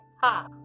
ha